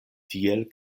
tiel